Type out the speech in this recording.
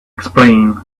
explain